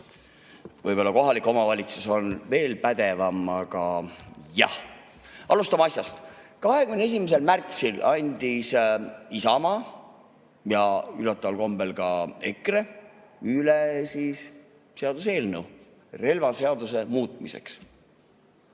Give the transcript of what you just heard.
Võib-olla kohalik omavalitsus on veel pädevam, aga jah. Alustame asjast. 21. märtsil andis Isamaa ja üllataval kombel andis ka EKRE üle seaduseelnõu relvaseaduse muutmiseks.